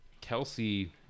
Kelsey –